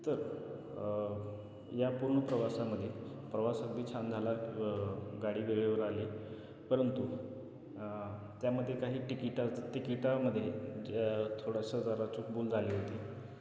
तर या पूर्ण प्रवासामध्ये प्रवास अगदी छान झाला गाडी वेळेवर आली परंतु त्यामध्ये काही तिकिटाचं तिकिटामध्ये ज्या थोडंसं जरा चूकभूल झाली होती